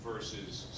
versus